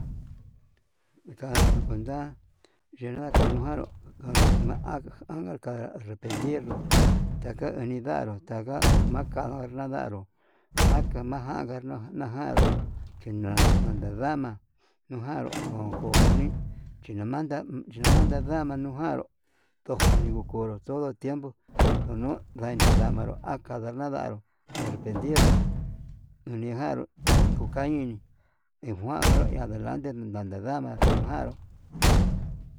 Tan nukuenta yena kanukaro jan'na anaka arrependirlo taka anindaru, taka nakanra nidaro chinan antindama nujaru nuu ko'o nuni chinamanda. chinamanda da'a manuu janru, ndojoni kokonró todo tiempo, andun ndaina namaro akana nandaró kalentiero nunijanru iin kuu kañe'e iñi ndijuanro iin adelante nada ndama nujanruu.